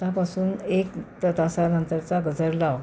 आतापासून एक त्या तासानंतरचा गजर लाव